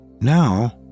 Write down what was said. Now